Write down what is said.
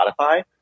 Spotify